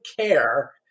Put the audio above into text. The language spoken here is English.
care